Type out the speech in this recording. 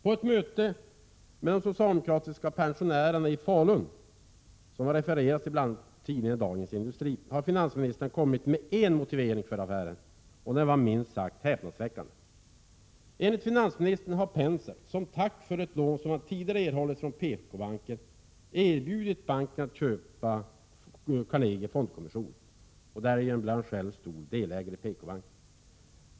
På ett möte med socialdemokratiska pensionärer i Falun, som refererats i bl.a. Dagens Industri, har finansministern kommit med en motivering för affären, och den var minst sagt häpnadsväckande. Enligt finansministern har Penser, som tack för ett lån han tidigare erhållit från PKbanken, erbjudit banken att köpa Carnegie Fondkommission. Därigenom blir han själv stor delägare i PKbanken.